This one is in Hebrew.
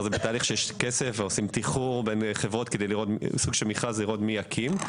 יש כבר כסף ועושים תיחור בין חברות כדי לראות מי תקים.